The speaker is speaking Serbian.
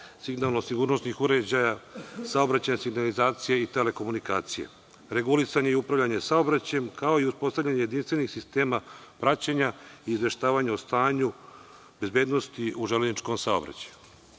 signalno sigurnosnih uređaja, saobraćajna signalizacija i telekomunikacija, regulisanje i upravljanje saobraćajem, kao i uspostavljanje jedinstvenih sistema praćenja i izveštavanja o stanju bezbednosti u železničkom saobraćaju. Predlog